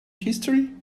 history